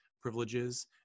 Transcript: privileges